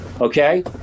okay